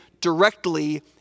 directly